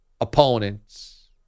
opponents